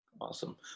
Awesome